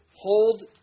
hold